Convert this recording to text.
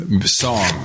song